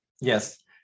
Yes